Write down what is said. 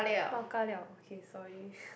pao-ka-liao okay sorry